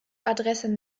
adressen